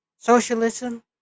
Socialism